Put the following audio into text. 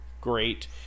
great